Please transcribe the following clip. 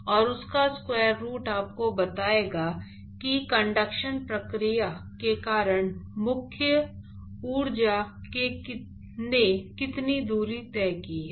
और उसका square root आपको बताएगा कि कंडक्शन प्रक्रिया के कारण मुक्त ऊर्जा ने कितनी दूरी तय की है